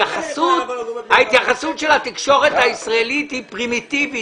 ההתייחסות של התקשורת הישראלית היא פרימיטיבית.